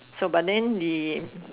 so but then the